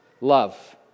Love